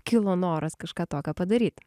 kilo noras kažką tokio padaryt